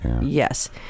yes